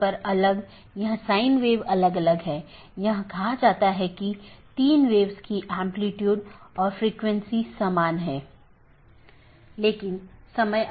इसलिए अगर हम फिर से इस आंकड़े पर वापस आते हैं तो यह दो BGP स्पीकर या दो राउटर हैं जो इस विशेष ऑटॉनमस सिस्टमों के भीतर राउटरों की संख्या हो सकती है